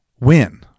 win